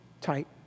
tight